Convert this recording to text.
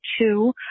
two